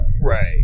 right